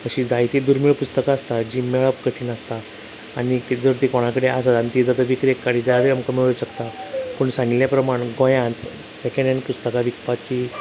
अशीं जायती धूरमेळ पुस्तकां आसता जी मेळप कठीण आसता आनीक जर तीं कोणा कडेन आसा जर तीं विकरेक काडीत जाल्यार आमकां मेळूंक शकता पूण सांगिल्ले प्रमाण गोंयांत सेकेण्ड हेण्ड पुस्तकां विकपाची